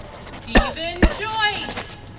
steven joyce.